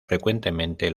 frecuentemente